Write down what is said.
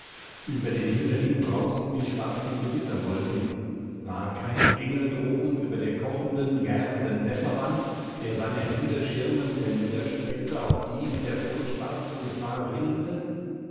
ueber den himmel hin brausten die schwarzen gewitterwolken war kein engel droben über der kochenden gärenden wetterwand der seine hände schirmend herniederstreckte auf die mit der furchtbarsten gefahr ringende